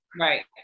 Right